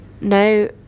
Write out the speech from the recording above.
No